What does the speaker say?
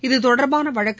இது தொடர்பான வழக்கு